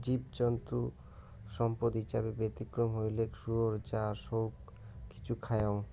জীবজন্তু সম্পদ হিছাবে ব্যতিক্রম হইলেক শুয়োর যা সৌগ কিছু খায়ং